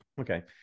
Okay